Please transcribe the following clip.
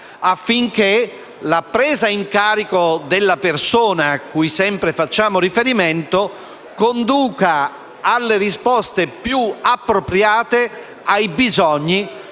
affinché la presa in carico della persona, cui sempre facciamo riferimento, conduca alle risposte più appropriate ai bisogni